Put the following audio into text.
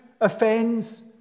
offends